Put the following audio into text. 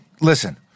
Listen